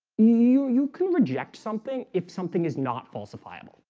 you you can reject something if something is not falsifiable,